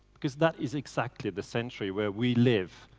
because that is exactly the century where we live,